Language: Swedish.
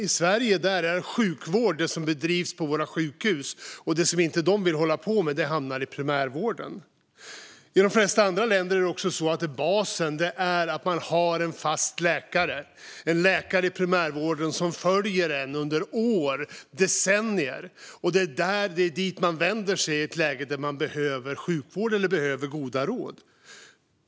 I Sverige är sjukvård det som bedrivs på våra sjukhus, och det som de inte vill hålla på med hamnar i primärvården. I de flesta andra länder är basen också att man har en fast läkare i primärvården som följer en under år, decennier, och det är dit man vänder sig när man behöver sjukvård eller goda råd.